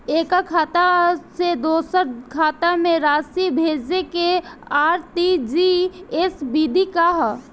एकह खाता से दूसर खाता में राशि भेजेके आर.टी.जी.एस विधि का ह?